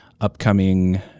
upcoming